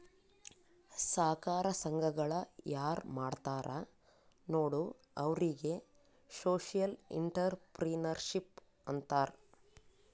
ಸಹಕಾರ ಸಂಘಗಳ ಯಾರ್ ಮಾಡ್ತಾರ ನೋಡು ಅವ್ರಿಗೆ ಸೋಶಿಯಲ್ ಇಂಟ್ರಪ್ರಿನರ್ಶಿಪ್ ಅಂತಾರ್